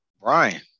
Brian